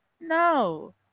no